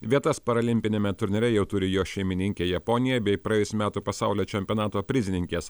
vietas paralimpiniame turnyre jau turi jo šeimininkė japonija bei praėjusių metų pasaulio čempionato prizininkės